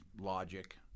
logic